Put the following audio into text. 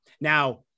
Now